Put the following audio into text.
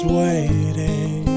waiting